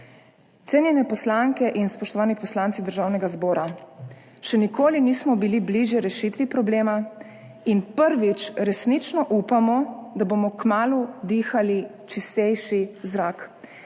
Cenjene poslanke in spoštovani poslanci Državnega zbora, še nikoli nismo bili bližje rešitvi problema in prvič resnično upamo, da bomo kmalu dihali čistejši zrak.